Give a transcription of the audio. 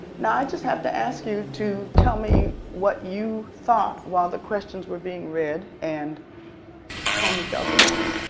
now i just have to ask you to tell me what you thought while the questions were being read and how you felt about it,